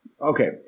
Okay